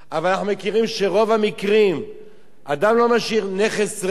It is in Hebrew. אבל אנחנו מכירים שברוב המקרים אדם לא משאיר נכס ריק